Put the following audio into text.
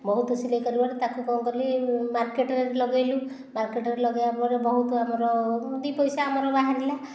ବହୁତ ସିଲେଇ କରିବାରୁ ତାକୁ କ'ଣ କଲି ମାର୍କେଟରେ ଲଗେଇଲୁ ମାର୍କେଟରେ ଲଗେଇଲା ପରେ ବହୁତ ଆମର ଦୁଇ ପଇସା ଆମର ବାହାରିଲା